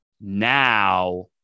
now